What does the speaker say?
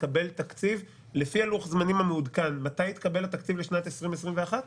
לפי לוח-הזמנים המעודכן מתי יתקבל התקציב לשנת 2021?